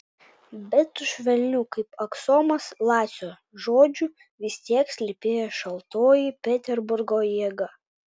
bet už švelnių kaip aksomas lacio žodžių vis tiek slypėjo šaltoji peterburgo jėga